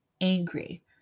angry